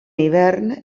hivern